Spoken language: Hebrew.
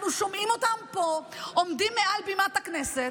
אנחנו שומעים אותם פה, עומדים מעל בימת הכנסת,